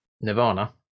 Nirvana